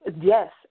Yes